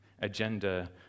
agenda